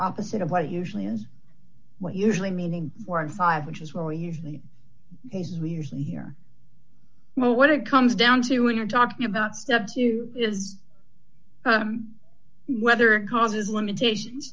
opposite of what usually is what usually meaning four and five which is where we usually is we usually hear well what it comes down to when you're talking about step two is whether it causes limitations